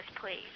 please